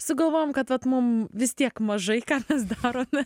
sugalvojom kad vat mum vis tiek mažai ką mes darome